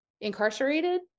incarcerated